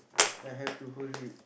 I have to hold it